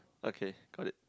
okay got it